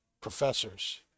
professors